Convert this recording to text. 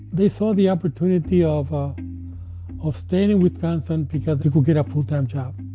they saw the opportunity of ah of staying in wisconsin because they could get a full-time job.